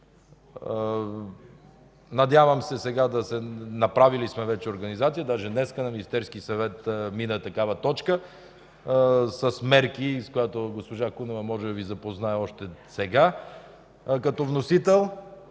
по границата. Направили сме вече организация, даже днес на Министерския съвет мина такава точка с мерки, с които госпожа Кунева може да Ви запознае още сега като вносител,